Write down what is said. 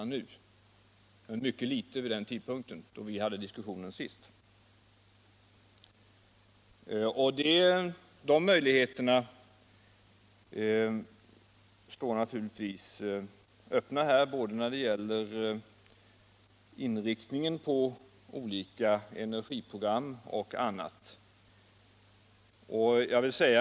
Den möjligheten var mycket liten vid den tidpunkt då vi senast diskuterade frågan. Möjligheterna står naturligtvis öppna när det gäller både inriktningen på olika energiprogram och annat.